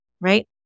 Right